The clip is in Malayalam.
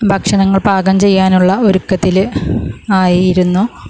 ഭക്ഷണങ്ങൾ പാകം ചെയ്യാനുള്ള ഒരുക്കത്തിൽ ആയിരുന്നു